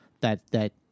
that—that